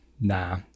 Nah